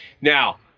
Now